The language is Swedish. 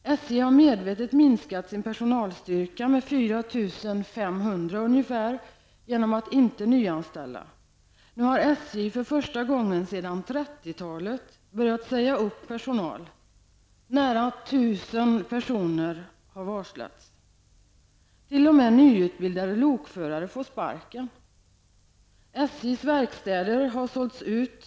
SJ har medvetet minskat sin personalstyrka med ungefär 4 500 personer genom att inte nyanställa. Nu har SJ, för första gången sedan 30-talet börjat säga upp personal. Nära 1 000 personer har varslats. T.o.m. nyutbildade lokförare får sparken! En del av SJs verkstäder har sålts ut.